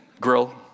Grill